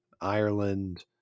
ireland